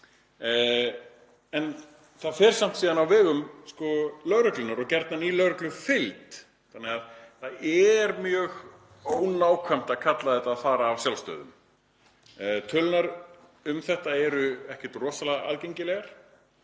Það fer samt síðan á vegum lögreglunnar og gjarnan í lögreglufylgd þannig að það er mjög ónákvæmt að kalla þetta að fara af sjálfsdáðum. Tölurnar um þetta eru ekkert rosalega aðgengilegar